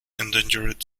endangered